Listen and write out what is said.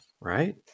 right